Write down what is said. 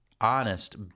honest